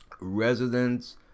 Residents